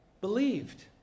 believed